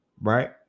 right